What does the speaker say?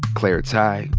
claire tighe,